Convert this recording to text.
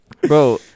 bro